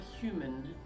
human